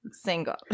single